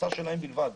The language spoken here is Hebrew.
הגרסה שלהם בלבד.